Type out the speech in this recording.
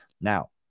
Now